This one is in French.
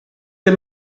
les